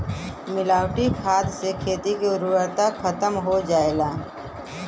मिलावटी खाद से खेती के उर्वरता खतम हो जाला